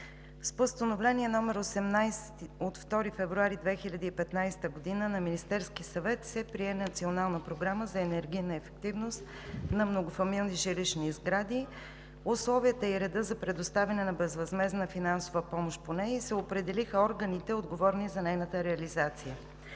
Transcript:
с Постановление № 18 от 2 февруари 2015 г. на Министерския съвет се прие Националната програма за енергийна ефективност на многофамилни жилищни сгради, условията и редът за предоставяне на безвъзмездна финансова помощ по нея, и се определиха органите, отговорни за нейната реализация.